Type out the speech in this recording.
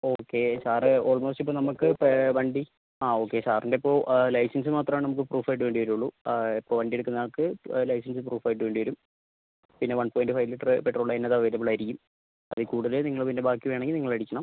okay sir almost ഇപ്പം നമ്മക്ക് വണ്ടി ആ ഓക്കെ സാറിൻ്റെ ഇപ്പോൾ ലൈസൻസ് മാത്രം ആണ് നമ്മക്ക് പ്രൂഫ് ആയിട്ട് വേണ്ടി വരികയുള്ളൂ ഇപ്പോൾ വണ്ടി എടുക്കുന്ന ആക്ക് ലൈസൻസ് പ്രൂഫ് ആയിട്ട് വേണ്ടി വരും പിന്നെ one point five litre petrol അതിനകത്ത് അവൈലബിൾ ആയിരിക്കും അതീ കൂടുതൽ ആയാൽ നിങ്ങൾ ഇതിൻ്റ ബാക്കി വേണമെങ്കിൽ നിങ്ങൾ അടിക്കണം